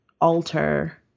alter